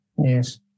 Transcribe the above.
Yes